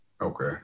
Okay